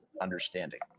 understanding